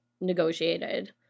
negotiated